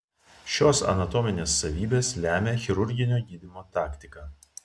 šios anatominės savybės lemia chirurginio gydymo taktiką